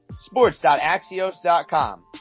Sports.axios.com